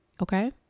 Okay